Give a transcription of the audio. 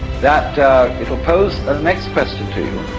that it will pose the next question to you.